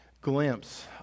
glimpse